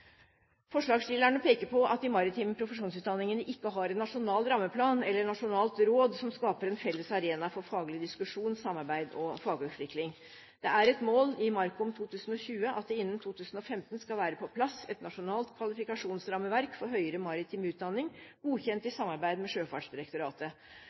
Forslagsstillerne peker på at de maritime profesjonsutdanningene ikke har en nasjonal rammeplan eller et nasjonalt råd som skaper en felles arena for faglig diskusjon, samarbeid og fagutvikling. Det er et mål i MARKOM2020 at det innen 2015 skal være på plass et nasjonalt kvalifikasjonsrammeverk for høyere maritim utdanning, godkjent i